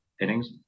innings